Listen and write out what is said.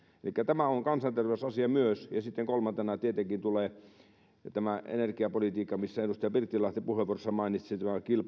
elikkä tämä on kansanterveys asia myös sitten kolmantena tietenkin tulee energiapolitiikka edustaja pirttilahti puheenvuorossaan mainitsi